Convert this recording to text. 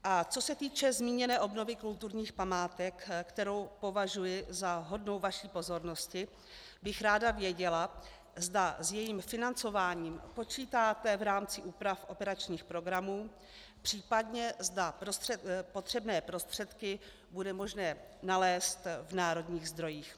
A co se týče zmíněné obnovy kulturních památek, kterou považuji za hodnou vaší pozornosti, bych ráda věděla, zda s jejím financováním počítáte v rámci úprav operačních programů, případně zda potřebné prostředky bude možné nalézt v národních zdrojích.